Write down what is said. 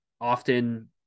often